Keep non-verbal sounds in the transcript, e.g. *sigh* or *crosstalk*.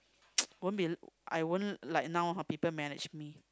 *noise* won't be I won't like now ah people manage me